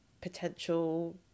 potential